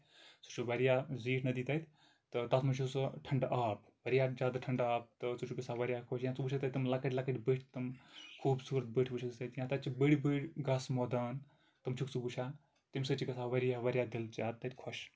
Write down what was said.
سُہ چھِ واریاہ زیٖٹھ نٔدی تَتہِ تہٕ تَتھ منٛز چھُ سُہ ٹھنٛڈٕ آب واریاہ زیادٕ ٹھنٛڈٕ آب تہٕ سُہ چھُ گژھان واریاہ خۄش یا ژٕ وٕچھکھ تَتہِ تِم لۄکٕٹۍ لۄکٕٹۍ بٔڑۍ بٔڑۍ تِم خوٗبصوٗرت بٔٹھۍ وٕچھکھ ژٕ تَتہِ یا تَتہِ چھٕ بٔڑۍ بٔڑۍ گاسہٕ مٲدان تِم چھُکھ ژٕ وٕچھان تمہِ سۭتۍ چھُ گژھان واریاہ واریاہ زیادٕ دِل تَتہِ خۄش